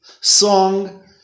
song